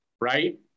right